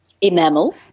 enamel